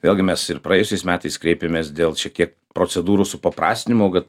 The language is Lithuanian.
vėlgi mes ir praėjusiais metais kreipėmės dėl šiek tiek procedūrų supaprastinamo kad